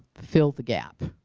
fill the gap,